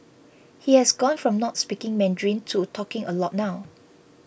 he has gone from not speaking Mandarin to talking a lot now